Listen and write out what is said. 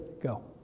Go